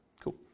Cool